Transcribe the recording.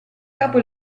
capo